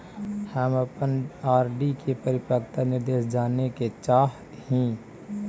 हम अपन आर.डी के परिपक्वता निर्देश जाने के चाह ही